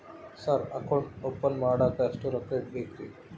Sir account open ಮಾಡಾಕ ಎಷ್ಟು ರೊಕ್ಕ ಇಡಬೇಕ್ರಿ?